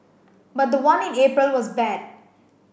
but the one in April was bad